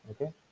okay